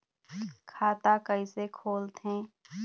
खाता कइसे खोलथें?